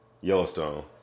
Yellowstone